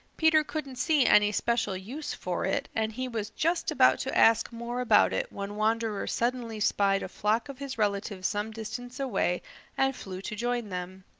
peter couldn't see any special use for it and he was just about to ask more about it when wanderer suddenly spied a flock of his relatives some distance away and flew to join them.